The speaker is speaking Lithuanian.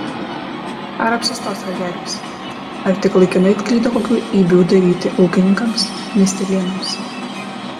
ar apsistos rageliuose ar tik laikinai atklydo kokių eibių daryti ūkininkams miestelėnams